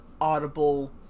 audible